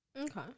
okay